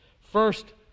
First